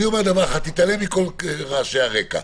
תתעלם מכל רעשי הרקע.